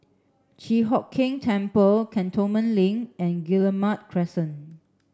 Chi Hock Keng Temple Cantonment Link and Guillemard Crescent